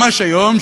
ממש היום,